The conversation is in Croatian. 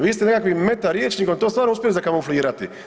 Vi ste nekakvim metar rječnikom to stvarno uspjeli zakamuflirati.